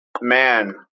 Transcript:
man